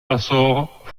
açores